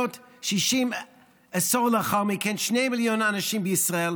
1960, עשור לאחר מכן, שני מיליון אנשים בישראל.